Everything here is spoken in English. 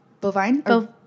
Bovine